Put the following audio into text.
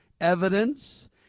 Evidence